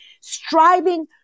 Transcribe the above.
Striving